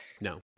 No